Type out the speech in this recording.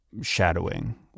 shadowing